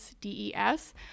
D-E-S